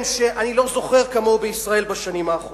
שאני לא זוכר כמוהו בישראל בשנים האחרונות.